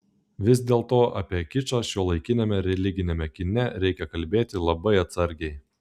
vis dėlto apie kičą šiuolaikiniame religiniame kine reikia kalbėti labai atsargiai